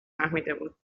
فهمیدهبود